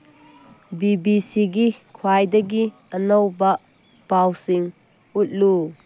B B ꯁꯤꯒꯤ ꯈ꯭ꯋꯥꯏꯗꯒꯤ ꯑꯅꯧꯕ ꯄꯥꯎꯁꯤꯡ ꯎꯠꯂꯨ